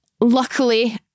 luckily